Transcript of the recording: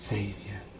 Savior